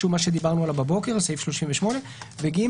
(ג)